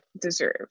deserve